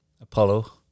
Apollo